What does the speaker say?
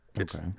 Okay